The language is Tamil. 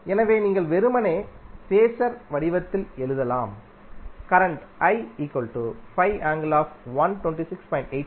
எனவே நீங்கள் வெறுமனே ஃபேஸர் வடிவத்தில் எழுதலாம் கரண்ட்